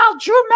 Drew